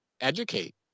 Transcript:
educate